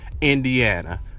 Indiana